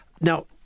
Now